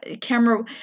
camera